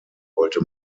wollte